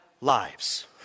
lives